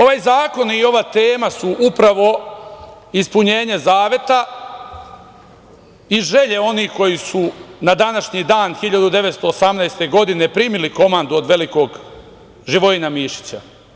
Ovaj zakon i ova tema su upravo ispunjenje zaveta i želje onih koji su na današnji dan 1918. godine primili komandu od velikog Živojina Mišića.